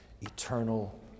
eternal